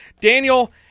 Daniel